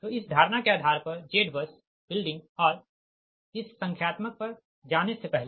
तो इस धारणा के आधार पर Z बस बिल्डिंग और इस संख्यात्मक पर जाने से पहले